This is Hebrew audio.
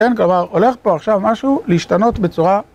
כן, כלומר, הולך פה עכשיו משהו להשתנות בצורה...